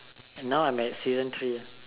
and now I'm at season three ah